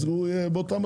אז הוא יהיה באותו מצב.